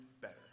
better